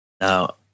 Now